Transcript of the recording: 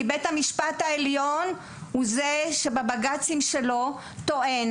כי בית המשפט העליון הוא זה שבבג״צים שלו טוען